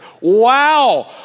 Wow